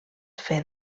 fer